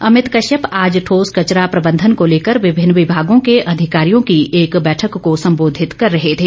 अभित कश्यप आज ठोस कचरा प्रबंधन को लेकर विभिन्न विमागों के अधिकारियों की एक बैठक संबोधित कर रहे थे